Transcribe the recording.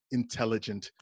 intelligent